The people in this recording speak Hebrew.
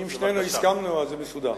אז אם שנינו הסכמנו, זה מסודר.